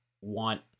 want